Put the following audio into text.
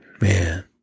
man